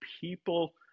people